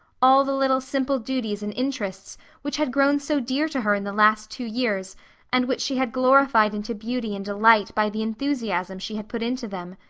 all the little simple duties and interests which had grown so dear to her in the last two years and which she had glorified into beauty and delight by the enthusiasm she had put into them.